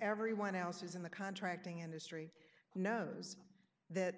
everyone else's in the contracting industry knows that